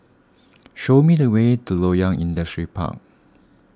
show me the way to Loyang Industrial Park